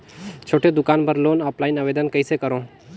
छोटे दुकान बर लोन ऑफलाइन आवेदन कइसे करो?